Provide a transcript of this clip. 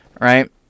right